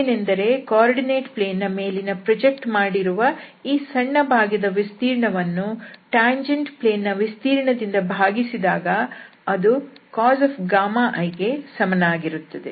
ಅದೇನೆಂದರೆ ನಿರ್ದೇಶಾಂಕ ಸಮತಲ ದ ಮೇಲೆ ಪ್ರೊಜೆಕ್ಟ್ ಮಾಡಿರುವ ಈ ಸಣ್ಣ ಭಾಗದ ವಿಸ್ತೀರ್ಣವನ್ನು ಟ್ಯಾಂಜೆಂಟ್ ಪ್ಲೇನ್ ದ ವಿಸ್ತೀರ್ಣದಿಂದ ಭಾಗಿಸಿದಾಗ ಅದು cos i ಗೆ ಸಮನಾಗಿರುತ್ತದೆ